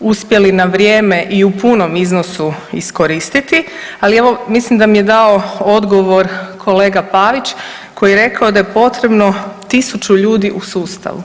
uspjeli na vrijeme i u punom iznosu iskoristiti, ali evo mislim da mi je dao odgovor kolega Pavić koji je rekao da je potrebno 1000 ljudi u sustavu.